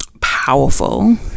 powerful